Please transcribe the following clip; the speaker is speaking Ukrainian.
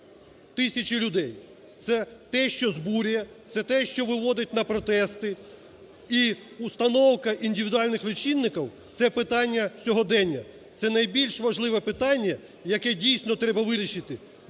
тисячі людей, це те, що збурює, це те, що виводить на протести. І установка індивідуальних лічильників – це питання сьогодення, це найбільш важливе питання, яке дійсно треба вирішити,